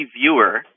viewer